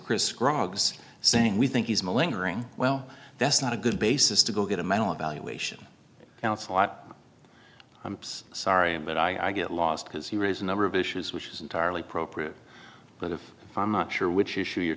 chris crago saying we think he's my lingering well that's not a good basis to go get a mental evaluation counsel out i'm sorry but i get lost because he raised a number of issues which is entirely appropriate but if i'm not sure which issue you're